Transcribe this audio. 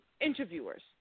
interviewers